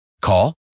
Call